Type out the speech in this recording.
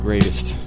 Greatest